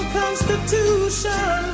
constitution